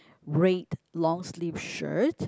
red long sleeve shirt